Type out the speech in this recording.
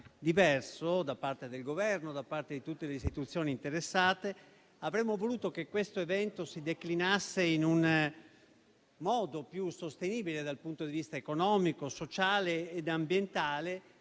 diverso da parte del Governo e di tutte le istituzioni interessate. Avremmo voluto che questo evento si declinasse in un modo più sostenibile dal punto di vista economico, sociale ed ambientale,